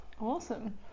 Awesome